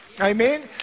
Amen